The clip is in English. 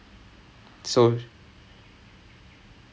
they were so shocked with how